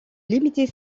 limiter